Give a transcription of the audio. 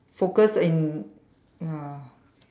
focus in ya